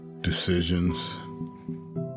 Decisions